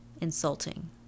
insulting